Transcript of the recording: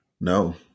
No